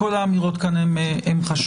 כל האמירות כאן הן חשובות.